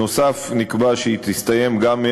נוסף על כך, נקבע שהיא תסתיים גם,